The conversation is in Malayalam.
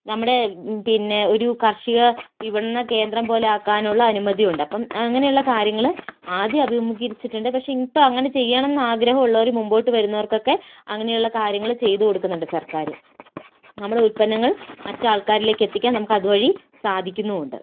നമ്മുടെ പിന്നെ ഒരു കാർഷിക വിപണന കേന്ദ്രം പോലെയാക്കാനുള്ള അനുമതിയുണ്ട് അപ്പം അങ്ങനെയുള്ള കാര്യങ്ങൾ ആദ്യം അഭിമുഖീകരിച്ചിട്ടുണ്ട് പക്ഷെ ഇപ്പം അങ്ങനെ ചെയ്യണമെന്ന് ആഗ്രഹമുള്ളവർ മുൻപോട്ട് വരുന്നവർക്കൊക്കെ അങ്ങനെയുള്ള കാര്യങ്ങൾ ചെയ്ത് കൊടുക്കുന്നുണ്ട് സർക്കാർ നമ്മുടെ ഉത്പ്പന്നങ്ങൾ മറ്റു ആൾക്കാരിലേക്കെത്തിക്കാൻ നമുക്കതുവഴി സാധിക്കുന്നുമുണ്ട്